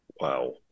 Wow